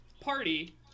party